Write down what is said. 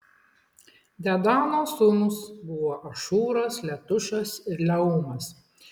dedano sūnūs buvo ašūras letušas ir leumas